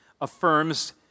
affirms